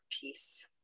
peace